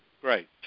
Great